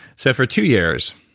so, for two years,